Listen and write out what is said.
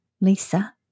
Lisa